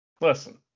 Listen